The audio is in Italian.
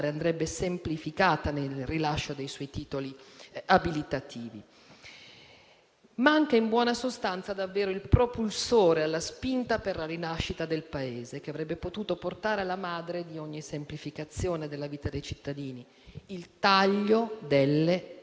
essere semplificata nel rilascio dei suoi titoli abilitativi. Manca davvero, in buona sostanza, il propulsore alla spinta per la rinascita del Paese, che avrebbe potuto portare alla madre di ogni semplificazione della vita dei cittadini: il taglio delle tasse.